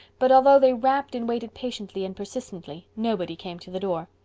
but although they rapped and waited patiently and persistently nobody came to the door.